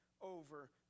over